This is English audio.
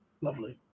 Lovely